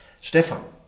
Stefan